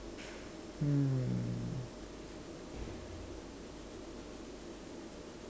hmm